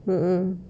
mm mm